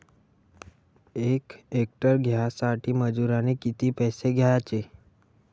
यक हेक्टर कांद्यासाठी मजूराले किती पैसे द्याचे?